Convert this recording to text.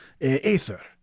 aether